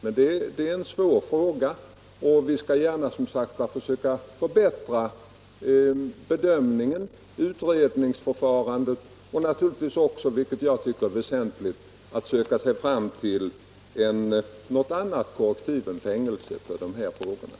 Men detta är en svår fråga, och vi skall som sagt försöka förbättra bedömningen och utredningsförfarandet. Jag anser också att det är viktigt att vi söker oss fram till ett annat korrektiv än fängelse i dessa fall.